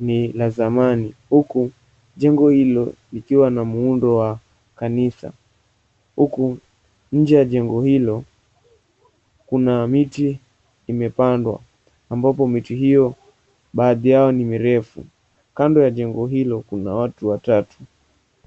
ni la zamani. Huku jengo hilo likiwa na muundo wa kanisa. Huku nje ya jengo hilo, kuna miti imepandwa ambapo miti hiyo baadhi yao ni mirefu. Kando ya jengo hilo kuna watu watatu.